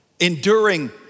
Enduring